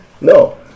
No